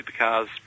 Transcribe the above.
supercars